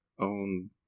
own